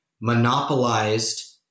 monopolized